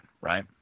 right